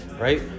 right